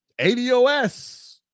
ados